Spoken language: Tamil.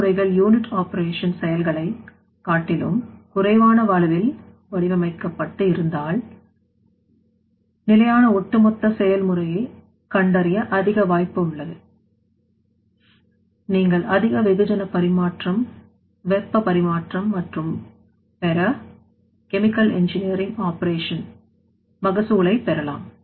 செயல்முறைகள் யூனிட் ஆப்பரேஷன் செயல்களை காட்டிலும் குறைவான அளவில் வடிவமைக்கப்பட்டு இருந்தாள் என்றும் நிலையான ஒட்டுமொத்த செயல்முறையை கண்டறிய அதிக வாய்ப்பு உள்ளது நீங்கள் அதிக வெகுஜன பரிமாற்றம் வெப்பப் பரிமாற்றம் மற்றும் பெற கெமிக்கல் எஞ்சினியரிங் ஆப்பரேஷன் மகசூலை பெறலாம்